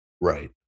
Right